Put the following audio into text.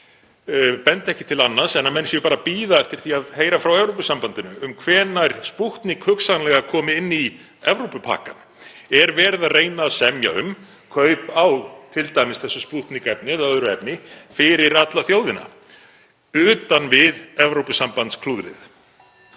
benda ekki til annars en að menn séu bara að bíða eftir því að heyra frá Evrópusambandinu um hvenær Spútnik komi hugsanlega inn í Evrópupakkann. Er verið að reyna að semja um kaup á þessu Spútnik-efni eða öðru efni fyrir alla þjóðina utan við Evrópusambandsklúðrið?